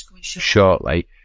shortly